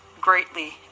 greatly